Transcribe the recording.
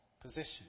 position